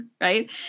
Right